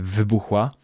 wybuchła